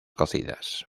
cocidas